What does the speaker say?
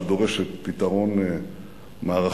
שדורשת פתרון מערכתי,